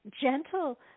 gentle